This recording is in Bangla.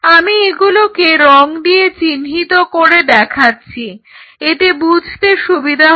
আমি এগুলোকে রং দিয়ে চিহ্নিত করে দেখাচ্ছি এতে বুঝতে সুবিধা হবে